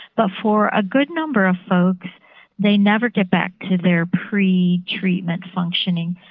but for a good number of folks they never get back to their pre-treatment functioning.